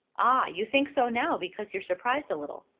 ah you think so now, because you're surprised a little.